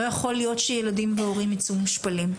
לא יכול להיות שילדים והורים ייצאו מושפלים,